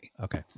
Okay